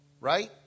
right